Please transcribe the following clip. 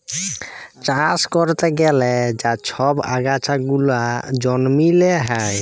চাষ ক্যরতে গ্যালে যা ছব আগাছা গুলা জমিল্লে হ্যয়